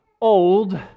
old